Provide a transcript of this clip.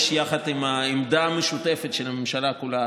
יחד עם העמדה המשותפת של הממשלה כולה.